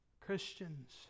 christians